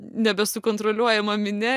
nebesukontroliuojama minia